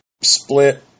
split